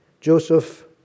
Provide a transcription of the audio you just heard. Joseph